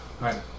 right